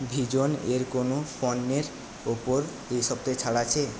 V জোনের কোনো পণ্যের ওপর এই সপ্তাহে ছাড় আছে